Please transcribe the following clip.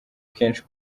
kenshi